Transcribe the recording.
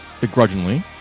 begrudgingly